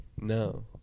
No